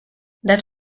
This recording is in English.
that